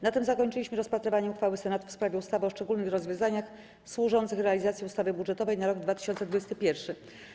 Na tym zakończyliśmy rozpatrywanie uchwały Senatu w sprawie ustawy o szczególnych rozwiązaniach służących realizacji ustawy budżetowej na rok 2021.